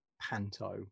panto